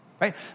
right